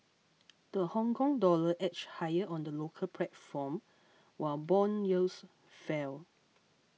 the Hongkong dollar edged higher on the local platform while bond yields fell